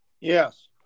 Yes